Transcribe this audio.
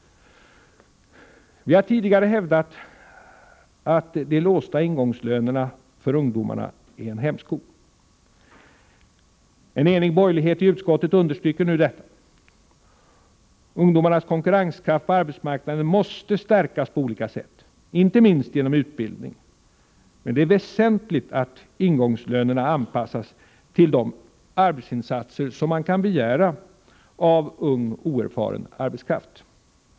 Vi har tidigare hävdat att de låsta ingångslönerna för ungdomarna är en hämsko. En enig borgerlighet i utskottet understryker nu detta. Ungdomarnas konkurrenskraft på arbetsmarknaden måste stärkas på olika sätt inte minst genom utbildning, men det är väsentligt att ingångslönerna anpassas till de arbetsinsatser som man kan begära av ung oerfaren arbetskraft.